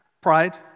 pride